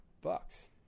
bucks